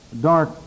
dark